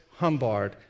humbard